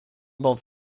both